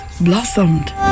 blossomed